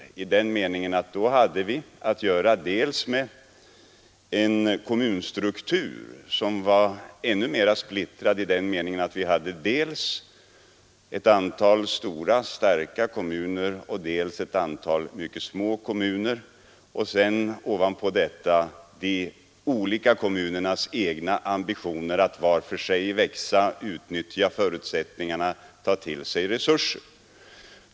Då hade vi också att göra med en kommunstruktur som var ännu mera splittrad. Vi hade dels ett antal stora starka kommuner, dels ett antal mycket små kommuner, och ovanpå detta de olika kommunernas egna ambitioner att var för sig växa och utnyttja förutsättningarna och ta till sig resurser.